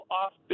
off